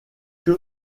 que